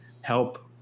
help